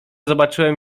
zobaczyłem